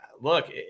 look